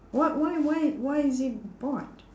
what why why why is he bored